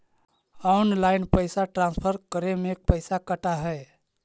Online पैसा transfer करे में पैसा कटा है?